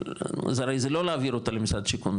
זה הרי זה לא להעביר אותה למשרד שיכון,